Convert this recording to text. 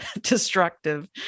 destructive